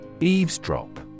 Eavesdrop